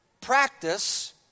practice